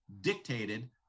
dictated